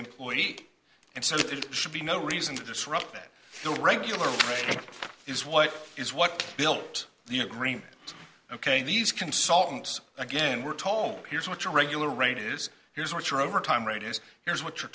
employee and so it should be no reason to disrupt that the regular rate is what is what built the agreement ok these consultants again were told here's what your regular rate is here's what your overtime rate is here's what your